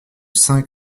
saint